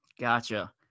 gotcha